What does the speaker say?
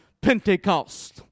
Pentecost